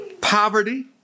poverty